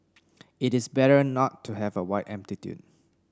it is better not to have a wide amplitude